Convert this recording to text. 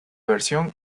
versión